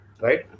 Right